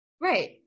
Right